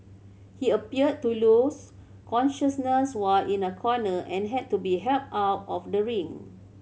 he appeared to lose consciousness while in a corner and had to be helped out of the ring